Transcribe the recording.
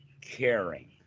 caring